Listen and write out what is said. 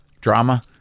Drama